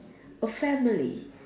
a family